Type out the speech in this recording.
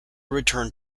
returned